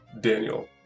Daniel